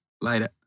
later